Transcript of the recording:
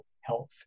Health